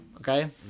Okay